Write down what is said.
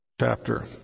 chapter